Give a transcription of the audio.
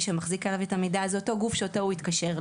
שמחזיק עליו את המידע זה אותו גוף שאיתו הוא התקשר.